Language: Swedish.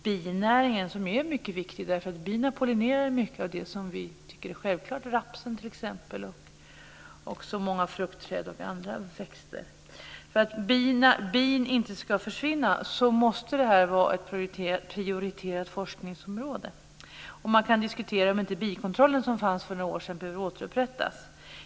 Binäringen är mycket viktig eftersom bina pollinerar mycket av det som vi tycker är självklart, t.ex. rapsen, många fruktträd och andra växter. För att bin inte ska försvinna måste det här vara ett prioriterat forskningsområde. Man kan diskutera om inte bikontrollen som fanns för några år sedan behöver återupprättas.